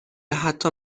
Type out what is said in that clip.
حتی